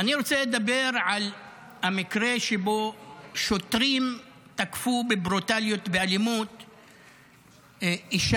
אני רוצה לדבר על המקרה שבו שוטרים תקפו בברוטליות ובאלימות אישה,